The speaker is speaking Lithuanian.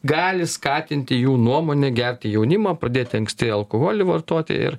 gali skatinti jų nuomone gerti jaunimą pradėti anksti alkoholį vartoti ir